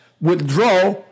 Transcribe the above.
withdraw